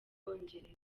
bwongereza